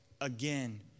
Again